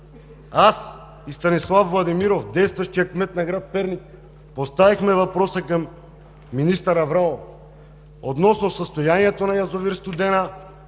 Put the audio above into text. аз и Станислав Владимиров, действащият кмет на град Перник, поставихме въпроса към министър Аврамова относно състоянието на язовир „Студена“,